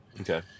Okay